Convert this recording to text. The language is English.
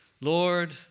Lord